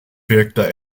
wirkte